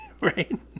Right